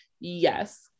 yes